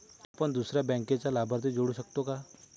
आपण दुसऱ्या बँकेचा लाभार्थी जोडू शकतो का?